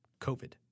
COVID